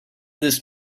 this